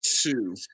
two